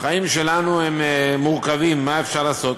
החיים שלנו הם מורכבים, מה אפשר לעשות?